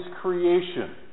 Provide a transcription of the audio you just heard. creation